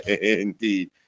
Indeed